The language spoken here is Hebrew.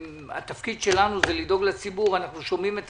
התפקיד שלנו הוא לדאוג לציבור ואנחנו שומעים את